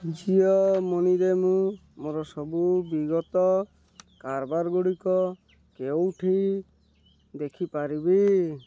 ଜିଓ ମନିରେ ମୁଁ ମୋର ସବୁ ବିଗତ କାରବାର ଗୁଡ଼ିକ କେଉଁଠି ଦେଖିପାରିବି